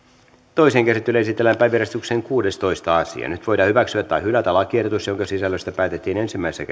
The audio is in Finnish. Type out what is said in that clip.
toiseen käsittelyyn esitellään päiväjärjestyksen kuudestoista asia nyt voidaan hyväksyä tai hylätä lakiehdotus jonka sisällöstä päätettiin ensimmäisessä